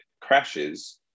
crashes